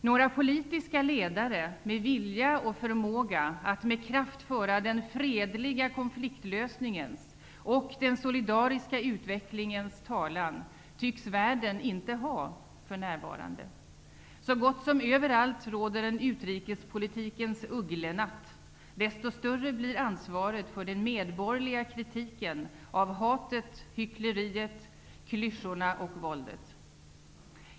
Några politiska ledare med vilja och förmåga att med kraft föra den fredliga konfliktlösningens och den solidariska utvecklingens talan tycks världen inte ha för närvarande. Så gott som överallt råder en utrikespolitikens ugglenatt. Desto större blir ansvaret för den medborgerliga kritiken av hatet, hyckleriet, klyschorna och våldet.